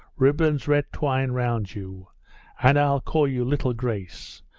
ribbons red twine round you and i'll call you little grace.